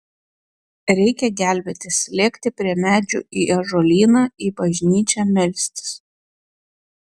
reikia gelbėtis lėkti prie medžių į ąžuolyną į bažnyčią melstis